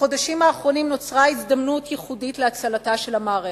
בחודשים האחרונים נוצרה הזדמנות ייחודית להצלתה של המערכת,